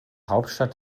hauptstadt